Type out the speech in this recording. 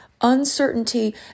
uncertainty